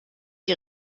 die